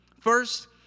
First